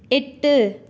எட்டு